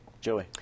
Joey